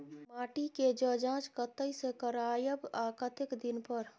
माटी के ज जॉंच कतय से करायब आ कतेक दिन पर?